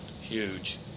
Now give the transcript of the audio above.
Huge